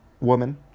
woman